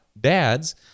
dads